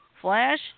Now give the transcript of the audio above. Flash